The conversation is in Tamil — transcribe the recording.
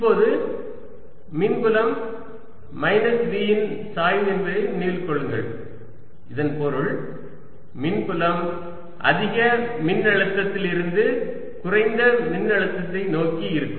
இப்போது மின்புலம் மைனஸ் V இன் சாய்வு என்பதை நினைவில் கொள்ளுங்கள் இதன் பொருள் மின்புலம் அதிக மின்னழுத்ததிலிருந்து குறைந்த மின்னழுத்தத்தை நோக்கி இருக்கும்